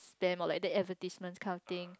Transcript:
spam or like the advertisement kind of thing